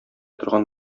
торган